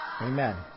Amen